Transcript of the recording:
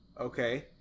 Okay